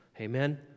Amen